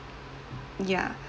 ya